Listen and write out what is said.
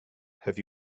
have